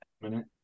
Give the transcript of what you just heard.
minute